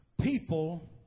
People